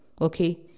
Okay